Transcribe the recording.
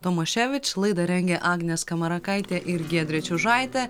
tomaševič laidą rengė agnė skamarakaitė ir giedrė čiužaitė